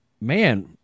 man